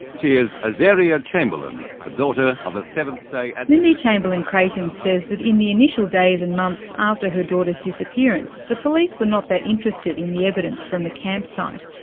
she is azaria chamberlain, the daughter of a seventh day adventist. ah lindy chamberlain-creighton says that in the initial days and months after her daughter's disappearance, the police were not that interested in the evidence from the campsite,